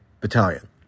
battalion